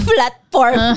Platform